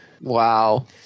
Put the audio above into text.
Wow